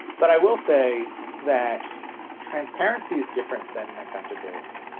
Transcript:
but i will say that transparency is different than accountability.